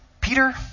Peter